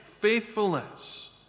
faithfulness